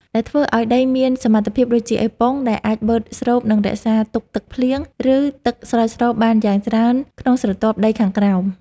ដែលធ្វើឱ្យដីមានសមត្ថភាពដូចជា អេប៉ុង ដែលអាចបឺតស្រូប និងរក្សាទុកទឹកភ្លៀង ឬទឹកស្រោចស្រពបានយ៉ាងច្រើនក្នុងស្រទាប់ដីខាងក្រោម។